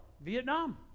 Vietnam